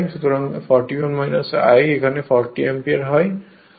সুতরাং 41 1 অর্থাৎ 40 অ্যাম্পিয়ার হবে